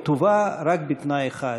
היא תובא רק בתנאי אחד,